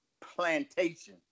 Plantation